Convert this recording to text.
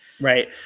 Right